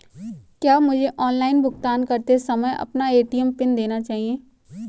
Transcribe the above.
क्या मुझे ऑनलाइन भुगतान करते समय अपना ए.टी.एम पिन देना चाहिए?